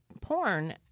porn